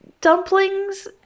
dumplings